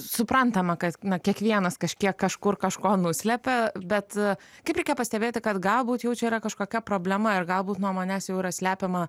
suprantama kad kiekvienas kažkiek kažkur kažko nuslepia bet kaip reikia pastebėti kad galbūt jau čia yra kažkokia problema ir galbūt nuo manęs jau yra slepiama